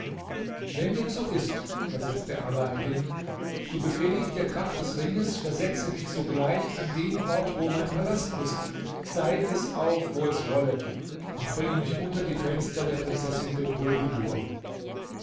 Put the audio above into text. wenn dem so ist versetzte alaeddin so befehle ich dir kraft des ringes versetze mich sogleich an den ort wo mein palast ist sei es auch wo es wolle und bringe mich unter die fenster der prinzessin